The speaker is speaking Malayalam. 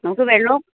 നമുക്ക് വെള്ളവും